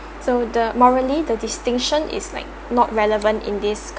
so the morally the distinction is like not relevant in this